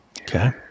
Okay